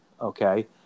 okay